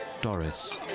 Doris